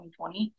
2020